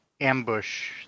ambush